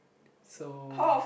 so